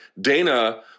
Dana